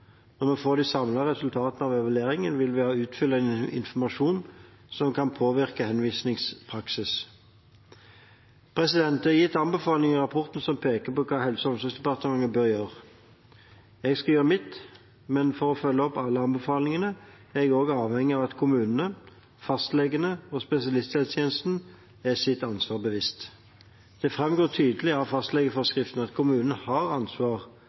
Når vi får de samlede resultatene av evalueringen, vil vi utfylle en informasjon som kan påvirke henvisningspraksis. Det er gitt anbefalinger i rapporten som peker på hva Helse- og omsorgsdepartementet bør gjøre. Jeg skal gjøre mitt, men for å følge opp alle anbefalingene er jeg også avhengig av at kommunene, fastlegene og spesialisthelsetjenesten er seg sitt ansvar bevisst. Det framgår tydelig av fastlegeforskriften at kommunen har ansvar